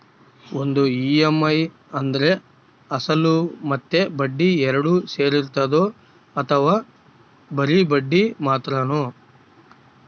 ಒಂದು ಇ.ಎಮ್.ಐ ಅಂದ್ರೆ ಅಸಲು ಮತ್ತೆ ಬಡ್ಡಿ ಎರಡು ಸೇರಿರ್ತದೋ ಅಥವಾ ಬರಿ ಬಡ್ಡಿ ಮಾತ್ರನೋ?